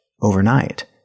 overnight